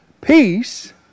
peace